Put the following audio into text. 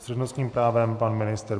S přednostním právem pan ministr.